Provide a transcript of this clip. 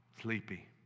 Sleepy